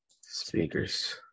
speakers